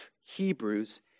Hebrews